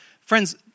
friends